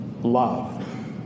Love